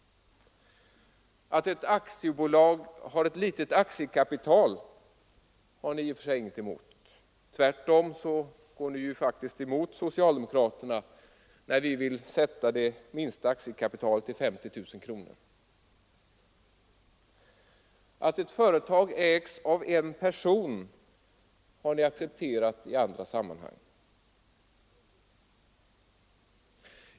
Att ett aktiebolag har ett litet aktiekapital har ni i och för sig inget emot, tvärtom går ni faktiskt emot socialdemokraterna när vi vill sätta en gräns för det minsta aktiekapitalet till 50 000 kronor. Att ett företag ägs av en person har ni accepterat i andra sammanhang.